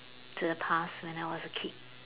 to the past when I was a kid